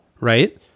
right